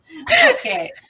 Okay